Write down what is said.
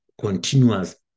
continuous